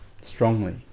strongly